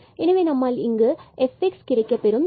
எனவே நம்மால் இங்கு fx கிடைக்கப்பெறும்